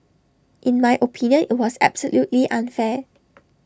in my opinion IT was absolutely unfair